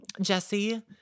Jesse